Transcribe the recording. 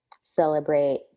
celebrate